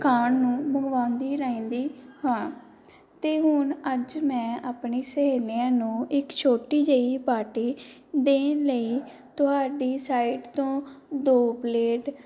ਖਾਣ ਨੂੰ ਮੰਗਵਾਉਂਦੀ ਰਹਿੰਦੀ ਹਾਂ ਅਤੇ ਹੁਣ ਅੱਜ ਮੈਂ ਆਪਣੀ ਸਹੇਲੀਆਂ ਨੂੰ ਇੱਕ ਛੋਟੀ ਜਿਹੀ ਪਾਰਟੀ ਦੇਣ ਲਈ ਤੁਹਾਡੀ ਸਾਈਟ ਤੋਂ ਦੋ ਪਲੇਟ